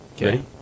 Ready